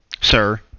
sir